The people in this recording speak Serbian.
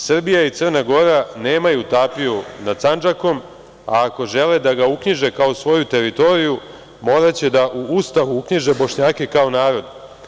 Srbija i Crna Gora nemaju tapiju nad Sandžakom, a ako žele da ga uknjiže kao svoju teritoriju, moraće da u Ustav uknjiže Bošnjake kao narod.